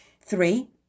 Three